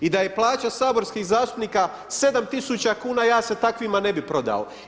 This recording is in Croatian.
I da je plaća saborskih zastupnika 7000 kuna ja se takvima ne bih prodao.